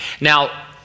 Now